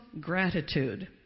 gratitude